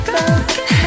Broken